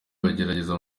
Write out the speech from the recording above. bagerageza